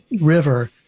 River